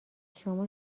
شما